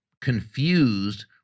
confused